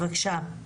בבקשה.